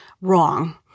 wrong